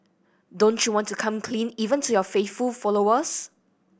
don't you want to come clean even to your faithful followers